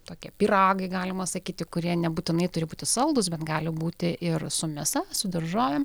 tokie pyragai galima sakyti kurie nebūtinai turi būti saldūs bet gali būti ir su mėsa su daržovėm